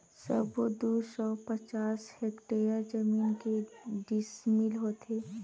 सबो दू सौ पचास हेक्टेयर जमीन के डिसमिल होथे?